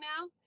now